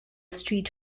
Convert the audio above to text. street